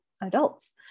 adults